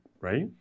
right